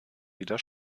wieder